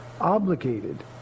obligated